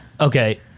Okay